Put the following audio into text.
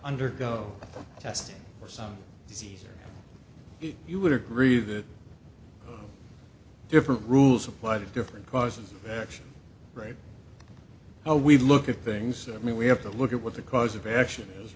undergo testing for some disease you would agree that different rules apply the different cause of action right now we look at things i mean we have to look at what the cause of action is